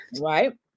Right